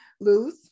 Luz